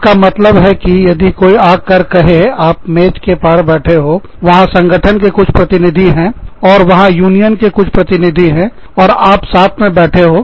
इसका मतलब है कि यदि कोई आकर कहे आप मेज के पार बैठे हो वहां संगठन के कुछ प्रतिनिधि हैं और वहां यूनियन के कुछ प्रतिनिधि हैं और आप साथ में बैठे हो